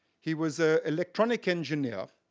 he was a electronic engineer.